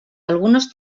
algunos